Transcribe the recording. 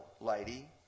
lady